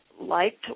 liked